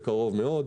בקרוב מאוד.